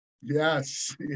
Yes